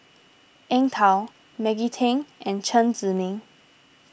Eng Tow Maggie Teng and Chen Zhiming